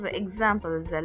examples